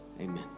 Amen